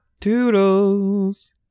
Toodles